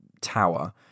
tower